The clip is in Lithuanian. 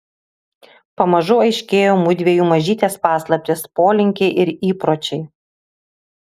pamažu aiškėjo mudviejų mažytės paslaptys polinkiai ir įpročiai